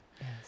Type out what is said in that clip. Yes